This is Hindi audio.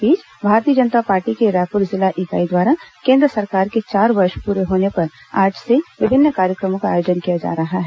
इस बीच भारतीय जनता पार्टी की रायपुर जिला इकाई द्वारा केंद्र सरकार के चार वर्ष पूरे होने पर आज से विभिन्न कार्यक्रमों का आयोजन किया जा रहा है